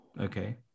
Okay